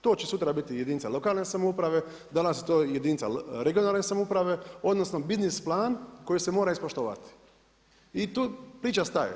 To će sutra biti jedinica lokalne samouprave, danas je to jedinica regionalne samouprave odnosno biznis plan koji se mora ispoštovati i tu priča staje.